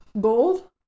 Gold